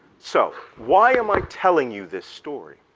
so why am i telling you this story?